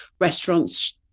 restaurants